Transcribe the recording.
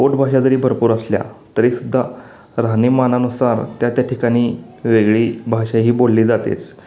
पोटभाषा जरी भरपूर असल्या तरीसुद्धा राहणीमानानुसार त्या त्या ठिकाणी वेगळी भाषा ही बोलली जातेच